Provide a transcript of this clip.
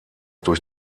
durch